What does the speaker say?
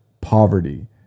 poverty